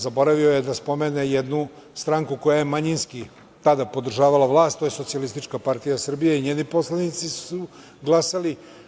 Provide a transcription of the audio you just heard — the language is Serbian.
Zaboravio je da spomene jednu stranku koja je manjinski tada podržavala vlast, a to je Socijalistička partija Srbije i njeni poslanici su glasali.